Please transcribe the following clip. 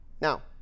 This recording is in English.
Now